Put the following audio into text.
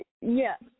yes